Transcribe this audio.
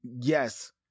yes